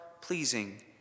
pleasing